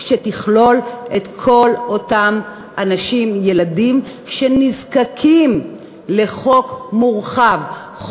שתכלול את כל אותם אנשים עם ילדים שנזקקים לחוק מורחב,